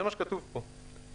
זה מה שכתוב פה.